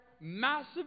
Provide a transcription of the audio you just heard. massive